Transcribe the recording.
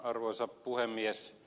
arvoisa puhemies